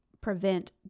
prevent